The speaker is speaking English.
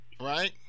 Right